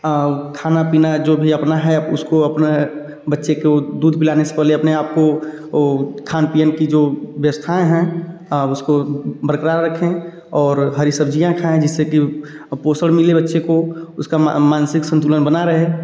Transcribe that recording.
खाना पीना जो भी अपना है उसको अपना बच्चे को दूध पिलाने से पहले अपने आप को ओ खान पीन की जो व्यवस्थाएँ हैं उसको बरक़रार रखें और हरी सब्ज़ियाँ खाएँ जिससे कि पोषन मिले बच्चे को उसका मानसिक संतुलन बना रहे